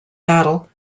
battle